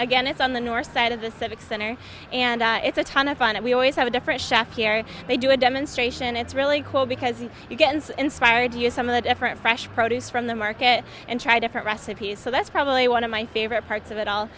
again it's on the north side of the civic center and it's a ton of fun and we always have a different chef here they do a demonstration it's really cool because you get inspired to use some of the different fresh produce from the market and try to fit recipes so that's probably one of my favorite parts of it all